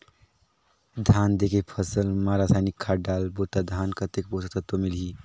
धान देंके फसल मा रसायनिक खाद डालबो ता धान कतेक पोषक तत्व मिलही?